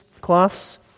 cloths